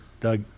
Doug